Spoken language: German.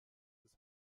ist